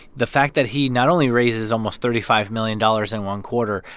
the fact that he not only raises almost thirty five million dollars in one quarter,